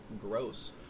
gross